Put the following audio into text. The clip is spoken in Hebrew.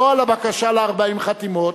לא על הבקשה ל-40 חתימות.